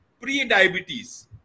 pre-diabetes